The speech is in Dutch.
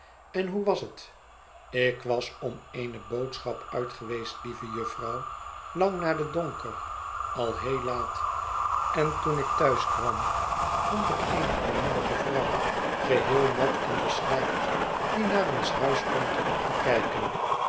en hoe was het ik was om eene boodschap uit geweest lieve jufvrouw lang na den donker al heel laat en toen ik thuis kwam vond ik eene armoedige vrouw geheel nat en beslijkt die naar ons huis stond op te kijken